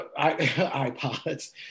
iPods